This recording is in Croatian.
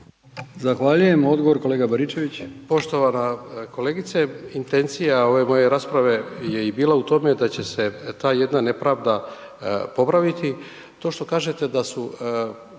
Zahvaljujem. Odgovor kolega Baričević. **Baričević, Martin (HDZ)** Poštovana kolegice intencija ove moje rasprave je i bila u tome da će se ta jedna nepravda popraviti. To što kažete da su